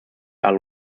are